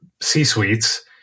C-suites